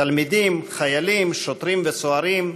תלמידים, חיילים, שוטרים וסוהרים,